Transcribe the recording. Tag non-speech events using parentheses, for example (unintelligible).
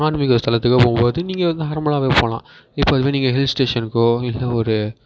ஆன்மீக ஸ்தலத்துக்கோ போகும்போது நீங்கள் வந்து நார்மலாகவே போகலாம் (unintelligible) நீங்கள் ஹில் ஸ்டேஷன்கோ இல்லை ஒரு